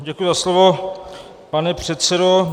Děkuji za slovo, pane předsedo.